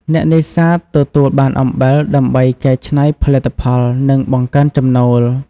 អ្នកនេសាទទទួលបានអំបិលដើម្បីកែច្នៃផលិតផល និងបង្កើនចំណូល។